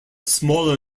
smaller